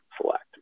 select